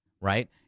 right